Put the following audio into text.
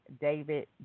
David